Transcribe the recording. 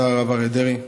השר הרב אריה דרעי,